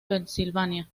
pensilvania